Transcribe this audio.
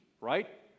Right